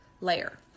layer